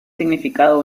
significado